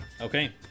Okay